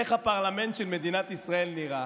איך הפרלמנט של מדינת ישראל נראה?